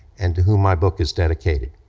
and to whom my book is dedicated,